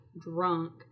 drunk